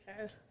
Okay